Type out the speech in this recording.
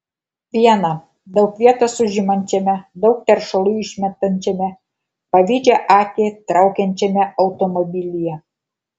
viena daug vietos užimančiame daug teršalų išmetančiame pavydžią akį traukiančiame automobilyje